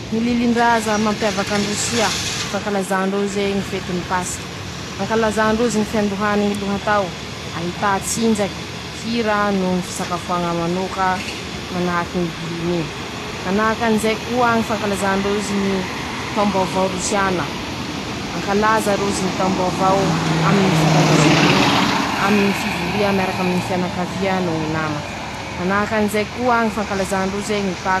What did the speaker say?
Ñy lilindraza mampiavaka any Rosia: ñy fankalazà ndroze ñy fetiny pasika, ankalazà ndrozy ñy fihandohany ñy lohatao, ahità tsinjaky, hira noho ñy fisakafoaña manoka, manahaky bilinyy, manahakan'izay koa ñy fankalazà ñy taombaovao rosiana, mankalaza rozy ñy taombaovao aminy ñy fomba ndrozy manoka, aminy ñy fivoria miarak'aminy ñy fianakavia no ñy nama, manahakan'izay koa ñy fankalazà ndroze.